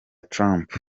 trump